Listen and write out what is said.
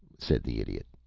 said the idiot.